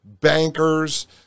bankers